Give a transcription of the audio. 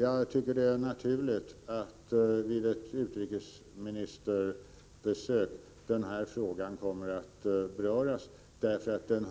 Jag tycker att det är naturligt att den här frågan berörs vid ett utrikesministerbesök, eftersom den